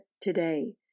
today